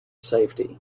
safety